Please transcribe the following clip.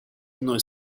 иной